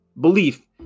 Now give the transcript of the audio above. belief